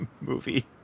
movie